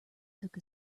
took